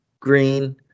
Green